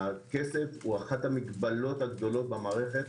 הכסף הוא אחד המגבלות הגדולות במערכת,